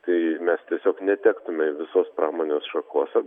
tai mes tiesiog netektume visos pramonės šakos ar